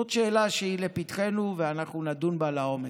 זאת שאלה שהיא לפתחנו, ואנחנו נדון בה לעומק.